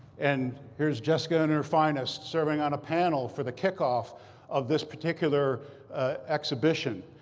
and here's jessica in and her finest, serving on a panel for the kickoff of this particular exhibition.